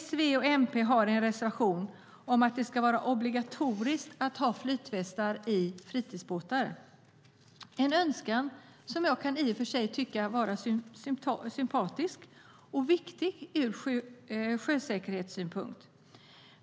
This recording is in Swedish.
S, V och MP har en reservation om att det ska vara obligatoriskt att ha flytväst i fritidsbåtar. Det är en önskan som jag kan tycka är sympatisk och viktig ur sjösäkerhetssynpunkt.